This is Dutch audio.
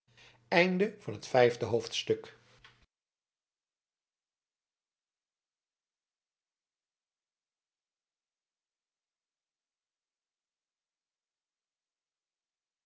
deur van het voorportaal